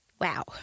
Wow